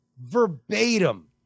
verbatim